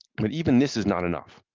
but even this is not enough.